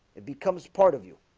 it becomes part of you,